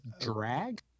drag